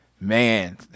man